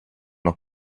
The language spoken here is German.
noch